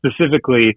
specifically